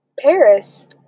Paris